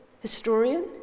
historian